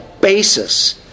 basis